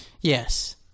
Yes